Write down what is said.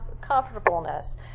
comfortableness